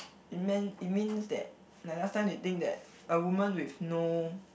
it meant it means that like last time they think that a woman with no